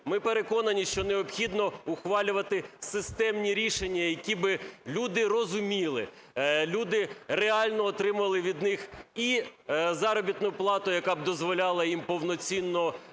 Ми переконані, що необхідно ухвалювати системні рішення, які би люди розуміли, люди реально отримували від них і заробітну плату, яка б дозволяла їм повноцінно